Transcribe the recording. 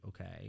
okay